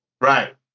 Right